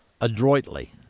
adroitly